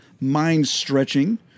mind-stretching